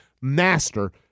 master